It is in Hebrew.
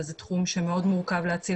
וזה תחום שמאוד מורכב על מנת להציל